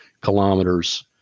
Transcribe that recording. kilometers